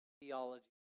theology